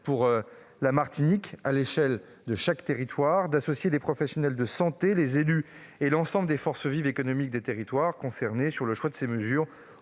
pour la Martinique, à l'échelle de chaque territoire, d'associer les professionnels de santé, les élus et l'ensemble des forces vives économiques des territoires concernés aux choix de ces mesures,